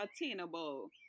attainable